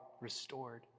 restored